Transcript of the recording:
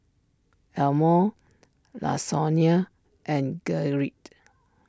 Elmore Lasonya and Gerrit